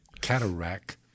cataract